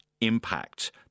impact